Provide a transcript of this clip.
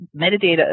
metadata